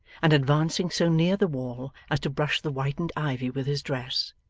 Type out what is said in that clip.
and advancing so near the wall as to brush the whitened ivy with his dress,